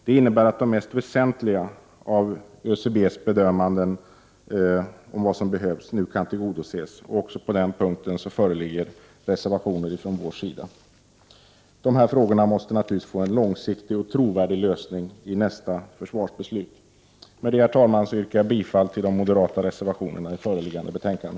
Det innebär att de mest väsentliga av ÖCB:s bedömningar om vad som behövs nu kan tillgodoses. Även på den punkten föreligger reservationer ifrån vår sida. Dessa frågor måste naturligtvis få en långsiktig och trovärdig lösning i nästa försvarsbeslut. Med det anförda, herr talman, yrkar jag bifall till de moderata reservationerna i föreliggande betänkande.